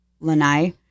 lanai